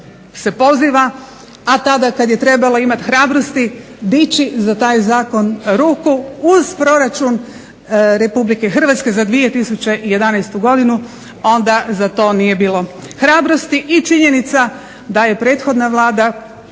se poziva, a tada kad je trebalo imat hrabrosti dići za taj zakon ruku uz proračun Republike Hrvatske za 2011. onda za to nije bilo hrabrosti. I činjenica da je prethodna Vlada